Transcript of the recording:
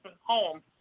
home